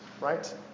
Right